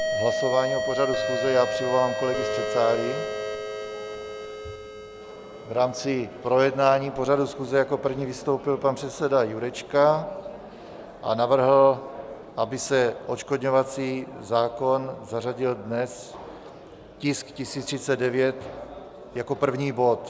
V rámci projednávání pořadu schůze jako první vystoupil pan předseda Jurečka a navrhl, aby se odškodňovací zákon zařadil dnes, tisk 1039, jako první bod.